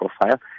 profile